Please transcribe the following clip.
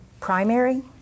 primary